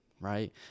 right